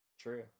True